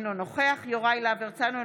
אינו נוכח יוראי להב הרצנו,